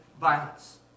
violence